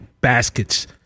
baskets